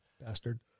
bastard